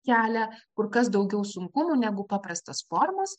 kelia kur kas daugiau sunkumų negu paprastos formos